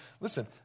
Listen